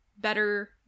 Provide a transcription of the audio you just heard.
better